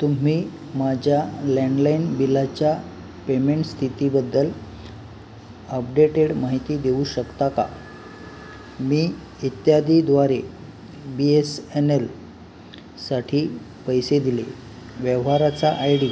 तुम्ही माझ्या लँडलाईन बिलाच्या पेमेंट स्थितीबद्दल अपडेटेड माहिती देऊ शकता का मी इत्यादीद्वारे बी एस एन एल साठी पैसे दिले व्यवहाराचा आय डी